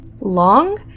long